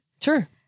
Sure